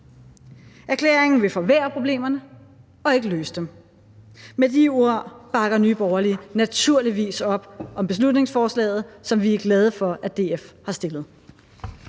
Erklæringen vil forværre problemerne og ikke løse dem. Med de ord bakker Nye Borgerlige naturligvis op om beslutningsforslaget, som vi er glade for at DF har fremsat.